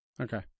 Okay